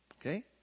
Okay